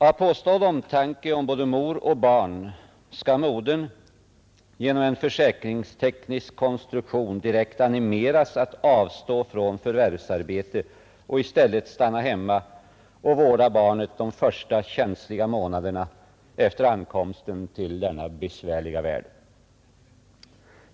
Av påstådd omtanke om både mor och barn skall modern, genom en försäkringsteknisk konstruktion, direkt animeras att avstå från förvärvsarbete och i stället stanna hemma och vårda barnet de första känsliga månaderna efter ankomsten till denna besvärliga värld.